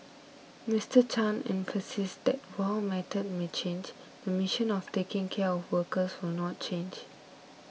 Mister Chan emphasised that while methods may change the mission of taking care of workers will not change